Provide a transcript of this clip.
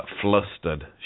flustered